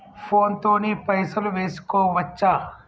Phone తోని పైసలు వేసుకోవచ్చా?